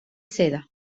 seda